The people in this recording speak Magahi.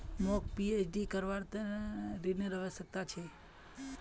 मौक पीएचडी करवार त न ऋनेर आवश्यकता छ